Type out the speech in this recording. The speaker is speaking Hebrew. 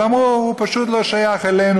אבל אמרו: הוא פשוט לא שייך אלינו.